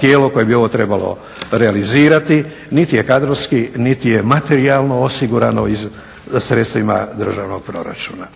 tijelo koje bi ovo trebalo realizirati niti je kadrovski, niti je materijalno osigurano sredstvima državnog proračuna.